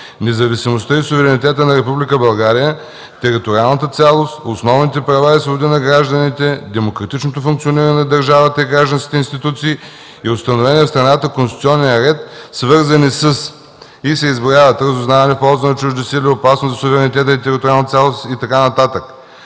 независимостта и суверенитета на Република България, териториалната цялост, основните права и свободи на гражданите, демократичното функциониране на държавата и гражданските институции и установения в страната конституционен ред, свързани с” и се изброяват: „разузнаване в полза на чужди сили, опасност за суверенитета, териториалната цялост”...